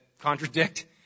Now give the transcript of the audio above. contradict